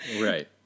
right